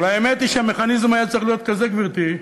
אבל האמת היא שהמכניזם היה צריך להיות כזה, גברתי,